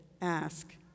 ask